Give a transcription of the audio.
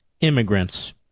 immigrants